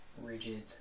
rigid